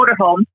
motorhome